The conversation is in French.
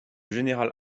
général